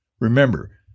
Remember